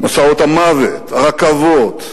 מסעות המוות, רכבות,